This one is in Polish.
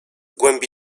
głębi